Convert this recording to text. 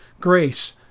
grace